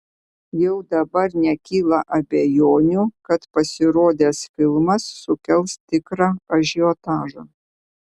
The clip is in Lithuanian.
jau dabar nekyla abejonių kad pasirodęs filmas sukels tikrą ažiotažą